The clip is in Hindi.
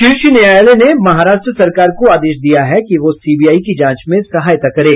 शीर्ष न्यायालय ने महाराष्ट्र सरकार को आदेश दिया है कि वह सीबीआई की जांच में सहायता करे